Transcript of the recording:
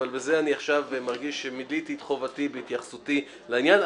אבל בזה אני עכשיו מרגיש שמילאתי את חובתי בהתייחסותי לעניין.